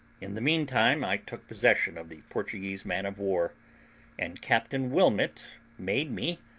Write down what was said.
in the meantime i took possession of the portuguese man-of-war and captain wilmot made me,